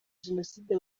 jenoside